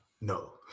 no